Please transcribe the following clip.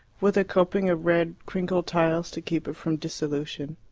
with a coping of red crinkled tiles to keep it from dissolution.